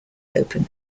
open